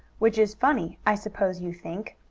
which is funny, i suppose you think.